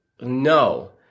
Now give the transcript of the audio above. no